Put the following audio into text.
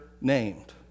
named